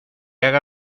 haga